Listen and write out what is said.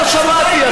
לא שמעתי.